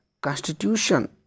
constitution